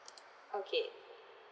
okay